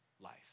life